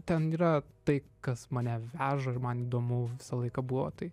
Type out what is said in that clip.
ten yra tai kas mane veža ir man įdomu visą laiką buvo tai